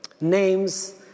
names